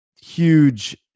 huge